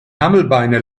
hammelbeine